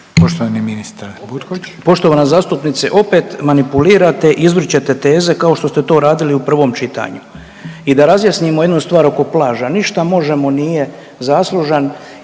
Poštovani ministar Butković.